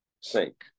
sink